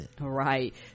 right